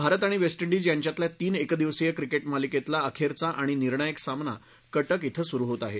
भारत आणि West Indies यांच्यातल्या तीन एकदिवसीय क्रिकेट मालिकेतला अखेरचा आणि निर्णायक सामना कटक इथं सुरु आहे